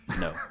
No